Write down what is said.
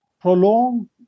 prolong